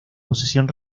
posesión